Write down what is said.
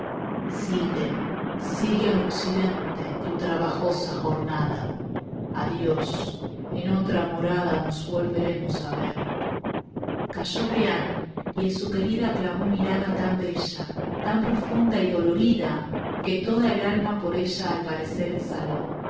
sigue sigue al occidente tu trabajosa jornada adiós en otra morada nos volveremos a ver calló brian y en su querida clavó mirada tan bella tan profunda y dolorida que toda el alma por ella al parecer exhaló